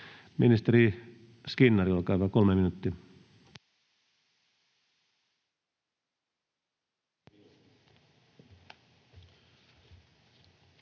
Ministeri Skinnari, olkaa hyvä, 3 minuuttia.